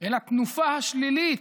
את התנופה השלילית,